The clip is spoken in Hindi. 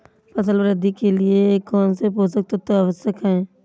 फसल वृद्धि के लिए कौनसे पोषक तत्व आवश्यक हैं?